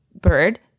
bird